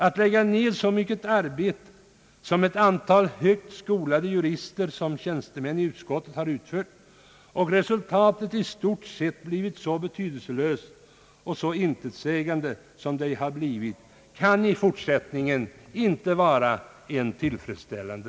Att lägga ned så mycket arbete som ett antal högt skolade jurister och tjänstemän har gjort i utskottet med ett i stort sett så betydelselöst och intetsägande resultat kan i fortsättningen inte anses tillfredsställande.